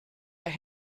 ihr